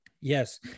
Yes